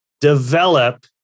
develop